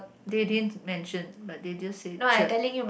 they didn't mention but they just say cher